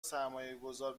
سرمایهگذار